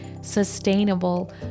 sustainable